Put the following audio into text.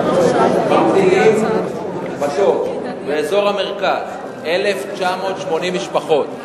ממתינים בתור באזור המרכז, 1,980 משפחות.